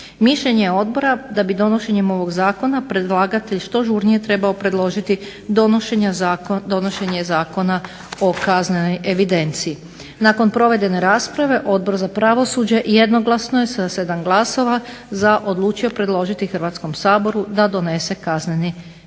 Mišljenje je odbora da bi donošenjem ovog zakona predlagatelj što žurnije trebao predložiti donošenje Zakona o kaznenoj evidenciji. Nakon provedene rasprave Odbor za pravosuđe jednoglasno je sa 7 glasova za, odlučio predložiti Hrvatskom saboru da donese Kazneni zakon.